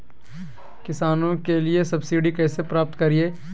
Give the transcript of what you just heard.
किसानों के लिए सब्सिडी कैसे प्राप्त करिये?